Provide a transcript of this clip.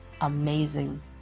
amazing